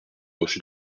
reçu